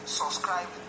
subscribe